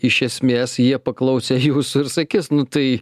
iš esmės jie paklausę jūsų ir sakys nu tai